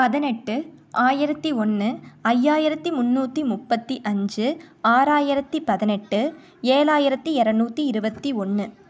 பதினெட்டு ஆயிரத்து ஒன்னு ஐயாயிரத்து முன்னூற்றி முப்பத்து அஞ்சு ஆறாயிரத்து பதினெட்டு ஏழாயிரத்தி இரநூத்தி இருபத்தி ஒன்று